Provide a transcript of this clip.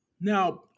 Now